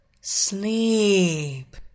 Sleep